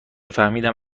فهمیدم